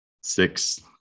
six